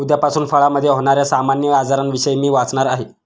उद्यापासून फळामधे होण्याऱ्या सामान्य आजारांविषयी मी वाचणार आहे